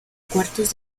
cuartos